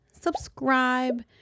subscribe